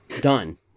Done